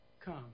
Come